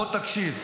אחמד, בוא תקשיב.